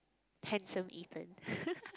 handsome Ethan